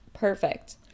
Perfect